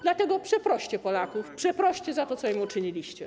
Dlatego przeproście Polaków, przeproście za to, co im uczyniliście.